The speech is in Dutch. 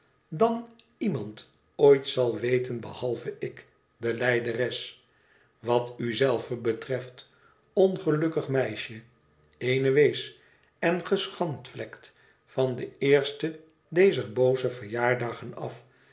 dan iemand ooit zal weten behalve ik de lijderes wat u zelve betreft ongelukkig meisje eene wees en geschandvlekt van den eersten dezer booze verjaardagen af